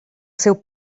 seu